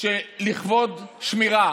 שלכבוד שמירה